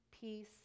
peace